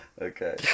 Okay